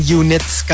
units